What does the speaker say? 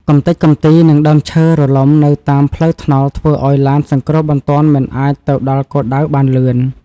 កម្ទេចកំទី និងដើមឈើរលំនៅតាមផ្លូវថ្នល់ធ្វើឱ្យឡានសង្គ្រោះបន្ទាន់មិនអាចទៅដល់គោលដៅបានលឿន។